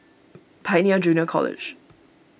Pioneer Junior College